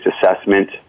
assessment